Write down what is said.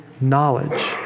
knowledge